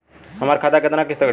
हमरे खाता से कितना किस्त कटी?